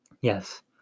Yes